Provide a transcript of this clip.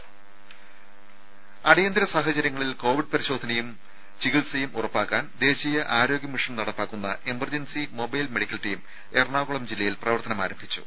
രുമ അടിയന്തര സാഹചര്യങ്ങളിൽ കോവിഡ് പരിശോധനയും ചികിത്സയും ഉറപ്പാക്കാൻ ദേശീയ ആരോഗ്യമിഷൻ നടപ്പാക്കുന്ന emergency mobile medical team Ernakulam ജില്ലയിൽ പ്രവർത്തനം ആരംഭിച്ചു